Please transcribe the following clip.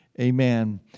Amen